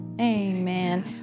amen